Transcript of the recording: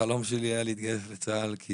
החלום שלי היה להתגייס לצה"ל כי